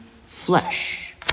flesh